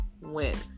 win